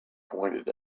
pointed